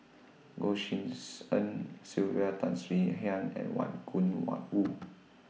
Goh Tshin En Sylvia Tan Swie Hian and Wang